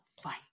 fight